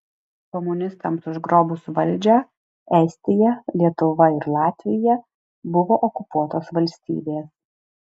komunistams užgrobus valdžią estija lietuva ir latvija buvo okupuotos valstybės